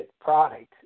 product